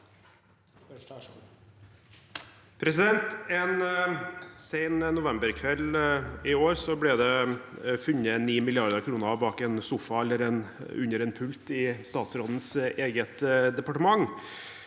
En sen novem- berkveld i år ble det funnet 9 mrd. kr bak en sofa eller under en pult i statsrådens eget departement.